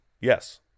Yes